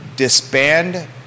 disband